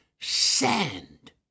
sand